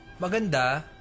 maganda